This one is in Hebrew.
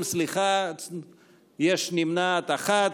יש נמנעת אחת.